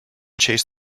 chased